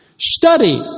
Study